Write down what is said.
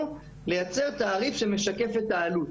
בוועדת המחירים לייצר תעריף שמשקף את העלות.